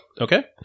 Okay